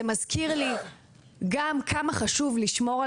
זה גם מזכיר לי כמה חשוב לשמור על